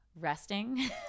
Resting